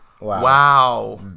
Wow